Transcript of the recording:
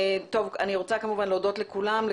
אני רוצה כמובן להודות לכולם,